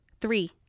Three